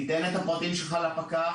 תן את הפרטים שלך לפקח,